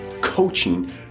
coaching